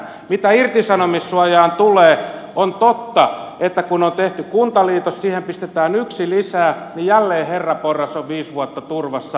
mitä irtisanomissuojaan tulee niin on totta että kun on tehty kuntaliitos siihen pistetään yksi lisää niin jälleen herraporras on viisi vuotta turvassa